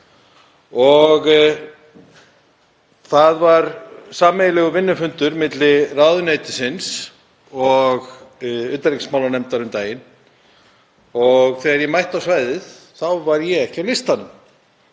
Það var sameiginlegur vinnufundur milli ráðuneytisins og utanríkismálanefndar um daginn og þegar ég mætti á svæðið var ég ekki á listanum.